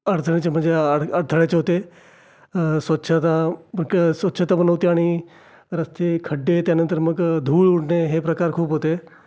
अडचणीचे म्हणजे अडथळ्याचे होते स्वच्छता स्वच्छता पण नव्हती आणि रस्ते खड्डे त्यानंतर मग धूळ उडणे हे प्रकार खूप होते